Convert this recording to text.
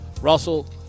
Russell